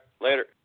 Later